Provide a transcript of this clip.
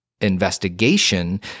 investigation